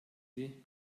sie